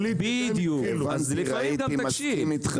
אז לפעמים גם תקשיב,